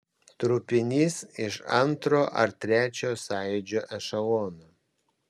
trupinys iš antro ar trečio sąjūdžio ešelono